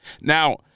Now